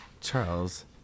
Charles